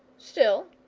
still,